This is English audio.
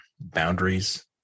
boundaries